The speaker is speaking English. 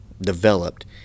developed